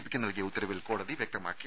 പിക്ക് നൽകിയ ഉത്തരവിൽ കോടതി വ്യക്തമാക്കി